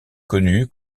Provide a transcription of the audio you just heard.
connu